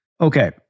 Okay